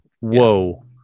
whoa